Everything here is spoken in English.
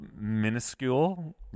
minuscule